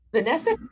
Vanessa